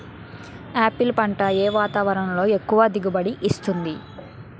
Apple పంట ఏ వాతావరణంలో ఎక్కువ దిగుబడి ఇస్తుంది?